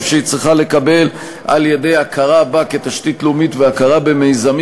שהיא צריכה לקבל על-ידי הכרה בה כתשתית לאומית והכרה במיזמים